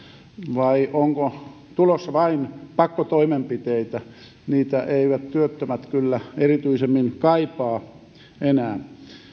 vai onko tulossa vain pakkotoimenpiteitä niitä eivät työttömät kyllä erityisemmin kaipaa enää